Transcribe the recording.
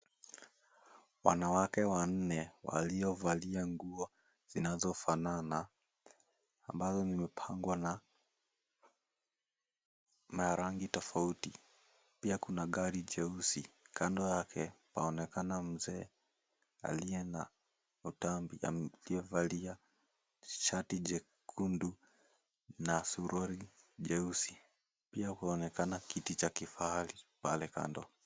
Wanawake wanne waliovalia nguo zinazofanana ambazo zimepangwa na rangi tofauti pia kuna gari jeusi kando yake paonekana mzee aliyevalia shati jekundu na suruari jeusi pia kunaonekana kiti cha kifahari pale kando.